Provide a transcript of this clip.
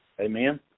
Amen